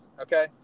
okay